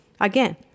again